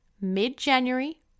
mid-January